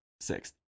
Six